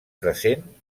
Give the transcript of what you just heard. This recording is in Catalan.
present